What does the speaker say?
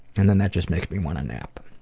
and then that just makes me want to nap.